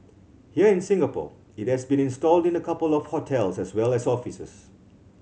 here in Singapore it has been installed in a couple of hotels as well as offices